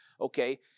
Okay